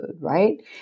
right